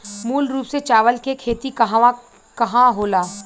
मूल रूप से चावल के खेती कहवा कहा होला?